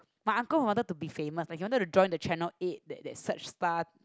my uncle wanted to be famous like he wanted to join that channel eight that that search star